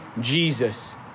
Jesus